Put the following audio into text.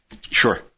Sure